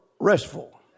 restful